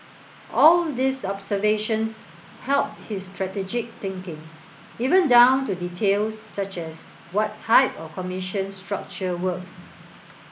all these observations helped his strategic thinking even down to details such as what type of commission structure works